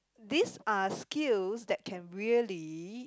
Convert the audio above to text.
these are skills that can really